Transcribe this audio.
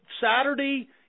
Saturday